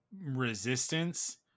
resistance